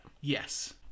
yes